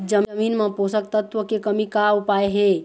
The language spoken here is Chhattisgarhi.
जमीन म पोषकतत्व के कमी का उपाय हे?